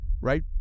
right